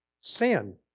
sin